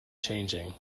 changing